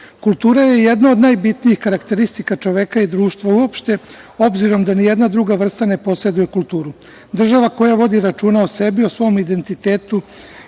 je jedna od najbitnijih karakteristika čoveka i društva uopšte, obzirom da nijedna druga vrsta ne poseduje kulturu. Država koja vodi računa o sebi i o svom identitetu